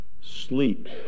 Sleep